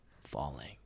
Falling